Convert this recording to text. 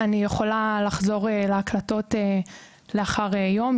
אני יכולה לחזור להקלטות לאחר יום,